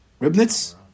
Ribnitz